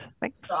Thanks